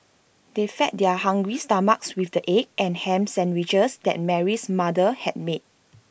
they fed their hungry stomachs with the egg and Ham Sandwiches that Mary's mother had made